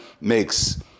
makes